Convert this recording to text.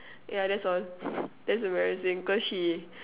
yeah that's all that's embarrassing cause she